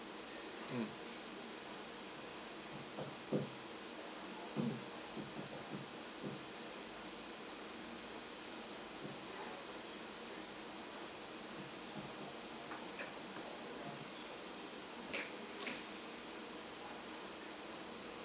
mm